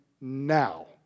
now